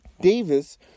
Davis